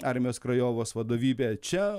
armijos krajovos vadovybė čia